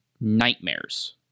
nightmares